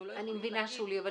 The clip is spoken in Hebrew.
אני מבינה, אבל